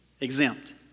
Exempt